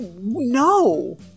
no